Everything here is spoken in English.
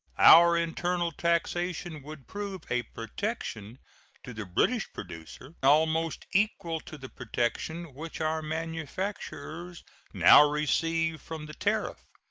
our internal taxation would prove a protection to the british producer almost equal to the protection which our manufacturers now receive from the tariff.